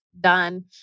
done